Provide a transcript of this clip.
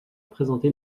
présenté